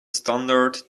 standard